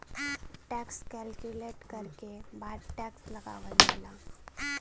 tax calculate करले के बाद टैक्स लगावल जाला